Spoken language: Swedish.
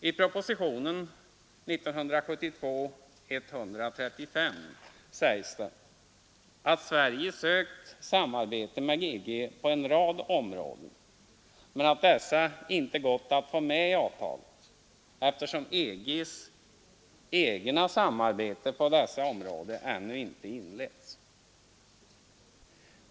I propositionen 135 år 1972 sägs att Sverige sökt samarbete med EG på en rad områden, men att dessa inte gått att få med i avtalet eftersom EG:s samarbete på dessa områden ännu inte inletts.